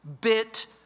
bit